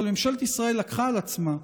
אבל ממשלת ישראל לקחה על עצמה,